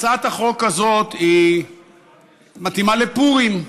הצעת החוק הזאת מתאימה לפורים,